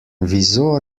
wieso